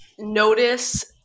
Notice